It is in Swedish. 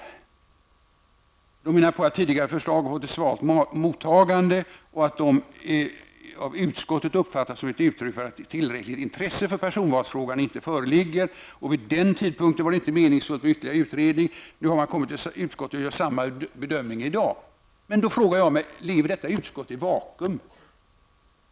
Utskottet skriver att tidigare förslag i den riktningen fått ett svalt mottagande, och detta uppfattas av utskottet som att det inte föreligger ett tillräckligt stort intresse för personval. Utskottet skriver att det tidigare inte var meningsfullt med en utredning, och utskottet gör samma bedömning i dag. Jag frågar mig: Lever detta utskott i ett vakuum?